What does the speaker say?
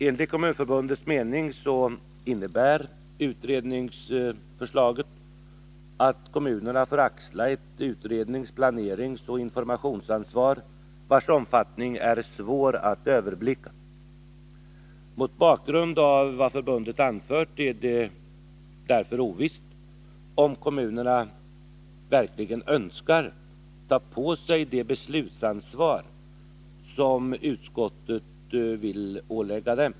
Enligt Kommunförbundets mening innebär utredningsförslaget att kommunerna får axla ett utrednings-, planeringsoch informationsansvar, vars omfattning är svår att överblicka. Mot bakgrund av vad förbundet anfört är det ovisst om kommunerna verkligen önskar ta på sig det beslutsansvar som utskottet vill ålägga dem.